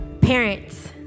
parents